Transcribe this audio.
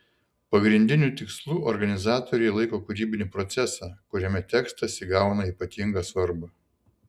pagrindiniu tikslu organizatoriai laiko kūrybinį procesą kuriame tekstas įgauna ypatingą svarbą